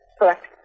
correct